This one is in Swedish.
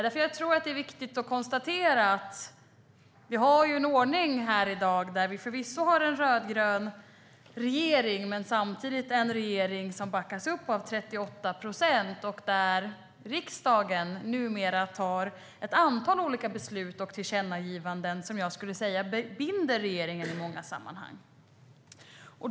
Det är viktigt att konstatera att vi har en ordning här i dag med en rödgrön regering som backas upp av 38 procent. Numera fattar riksdagen ett antal olika beslut om tillkännagivanden som binder regeringen i många sammanhang.